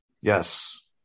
Yes